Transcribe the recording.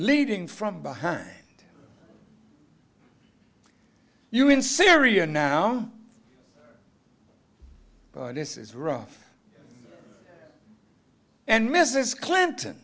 leading from behind you in syria now this is rough and mrs clinton